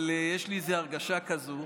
אבל יש לי איזו הרגשה כזאת.